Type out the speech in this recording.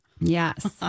Yes